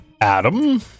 Adam